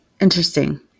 interesting